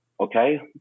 Okay